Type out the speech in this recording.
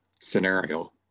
scenario